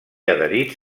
adherits